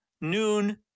noon